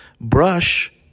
Brush